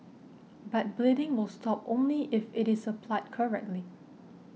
but bleeding will stop only if it is applied correctly